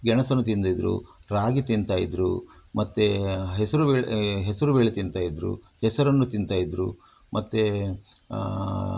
ಗೆಣಸನ್ನು ತಿಂತಿದ್ದರು ರಾಗಿ ತಿಂತಾಯಿದ್ರು ಮತ್ತು ಹೆಸರುಬೇಳೆ ಹೆಸರುಬೇಳೆ ತಿಂತಾಯಿದ್ರು ಹೆಸರನ್ನು ತಿಂತಾಯಿದ್ರು ಮತ್ತು